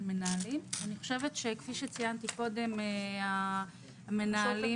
כפי שציינתי קודם, המנהלים